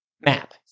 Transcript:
map